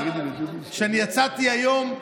שאני יצאתי היום,